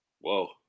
Whoa